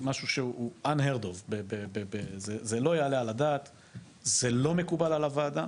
משהו שלא יעלה על הדעת, זה לא מקובל על הוועדה.